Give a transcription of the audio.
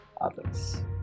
others